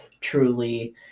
truly